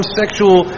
sexual